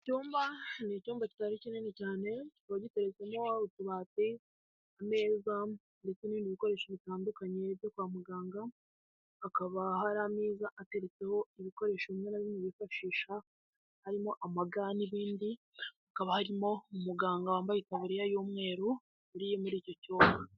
Icyumba ni icyumba kitari kinini cyane kikaba giteretsemo utubati, ameza ndetse n'ibindi bikoresho bitandukanye byo kwa muganga, hakaba hari ameza ateretseho ibikoresho bimwe na bimwe bifashisha harimo ama ga n'ibindi, hakaba harimo umuganga wambaye itabuririya y'umweru uri muri icyo cyumba.